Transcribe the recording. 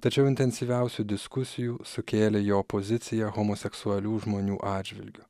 tačiau intensyviausių diskusijų sukėlė jo pozicija homoseksualių žmonių atžvilgiu